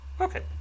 Okay